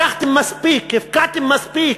לקחתם מספיק, הפקעתם מספיק,